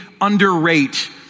underrate